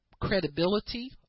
credibility